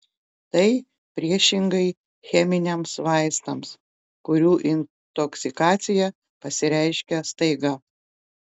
tai priešingai cheminiams vaistams kurių intoksikacija pasireiškia staiga